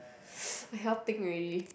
I cannot think already